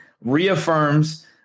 reaffirms